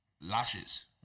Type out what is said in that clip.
lashes